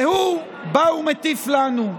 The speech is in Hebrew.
והוא בא ומטיף לנו.